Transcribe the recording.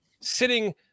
sitting